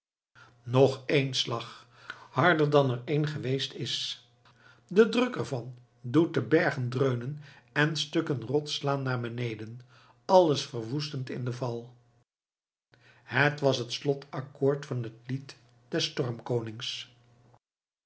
nog één slag harder dan er een geweest is de druk ervan doet de bergen dreunen en stukken rots slaan naar beneden alles verwoestend in den val het was het slot akkoord van het lied